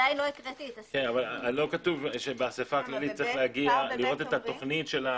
כתוב שבאסיפה הכללית צריך לראות את התוכנית.